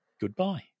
Goodbye